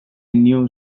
new